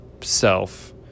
self